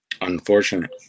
Unfortunate